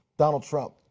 donald trump,